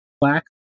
black